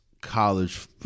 college